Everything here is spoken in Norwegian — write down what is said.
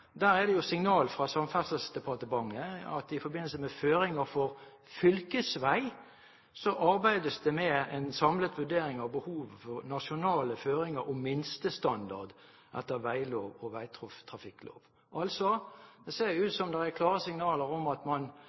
Der er det signal fra Samferdselsdepartementet om at det i forbindelse med føringer for fylkesvei arbeides med en samlet vurdering av behovet for nasjonale føringer for minstestandard etter veglov og vegtrafikklov. Altså: Det ser ut som om det er klare signaler om at man